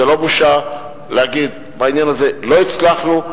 זו לא בושה להגיד: בעניין הזה לא הצלחנו.